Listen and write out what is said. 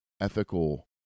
ethical